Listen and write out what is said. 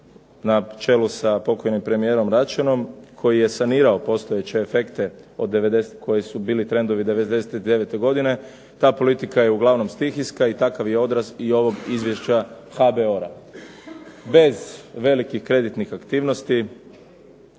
na čelu sa pokojnim premijerom Račanom, koji je sanirao postojeće efekte koji su bili trendovi 99. godine, ta politika je uglavnom stihijska i takav je odraz ovog izvješća HBOR-a. Bez velikih kreditnih aktivnosti,